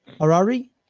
Harari